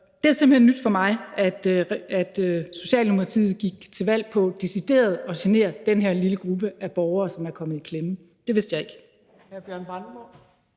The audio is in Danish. Det er simpelt hen nyt for mig, at Socialdemokratiet gik til valg på decideret at genere den her lille gruppe af borgere, som er kommet i klemme. Det vidste jeg ikke.